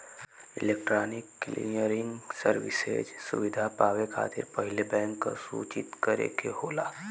electronic clearing services सुविधा पावे खातिर पहिले बैंक के सूचित करे के होला